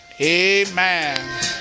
Amen